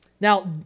Now